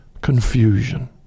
confusion